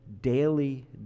daily